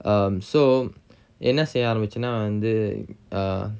um so என்ன செய்ய ஆரம்பிச்சனா வந்து:enna seyya aarambichana vanthu err